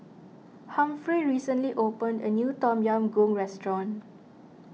Humphrey recently opened a new Tom Yam Goong restaurant